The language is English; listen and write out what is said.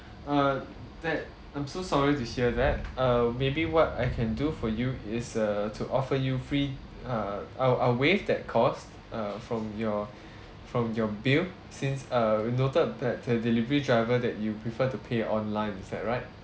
uh that I'm so sorry to hear that uh maybe what I can do for you is err to offer you free uh I'll I'll waive that cost uh from your from your bill since uh we noted that the delivery driver that you prefer to pay online is that right